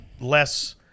less